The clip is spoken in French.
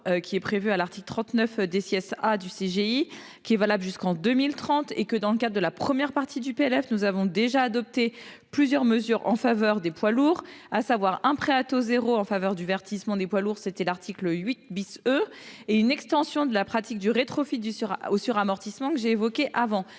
lourds, prévu à l'article 39 A du code général des impôts, valable jusqu'en 2030. Dans le cadre de la première partie du PLF, nous avons déjà adopté plusieurs mesures en faveur des poids lourds, à savoir un prêt à taux zéro en faveur du verdissement des poids lourds, prévu à l'article 8 E, et une extension à la pratique du rétrofit du suramortissement que j'ai évoqué